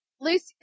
Lucy